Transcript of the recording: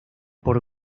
por